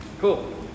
Cool